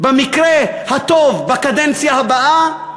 במקרה הטוב, בקדנציה הבאה,